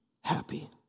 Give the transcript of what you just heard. happy